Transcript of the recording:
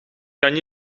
kan